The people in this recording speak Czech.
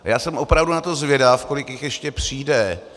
Já jsem opravdu na to zvědav, kolik jich ještě přijde.